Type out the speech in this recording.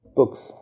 books